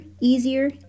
easier